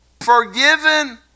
forgiven